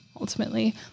ultimately